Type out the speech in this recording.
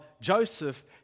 Joseph